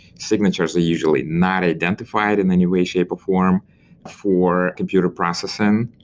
signatures are usually not identified in any way, shape or form for computer processing.